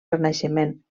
renaixement